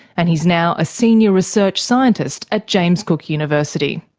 and he's now a senior research scientist at james cook university.